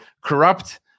corrupt